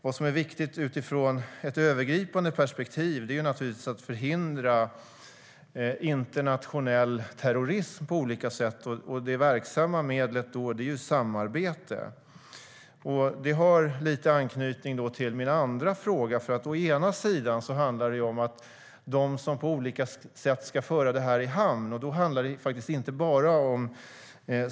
Vad som är viktigt i ett övergripande perspektiv är givetvis att förhindra internationell terrorism på olika sätt. Det verksamma medlet då är samarbete. Det har lite anknytning till min andra fråga och handlar om dem som ska föra detta i hamn.